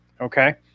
Okay